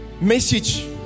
message